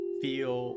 feel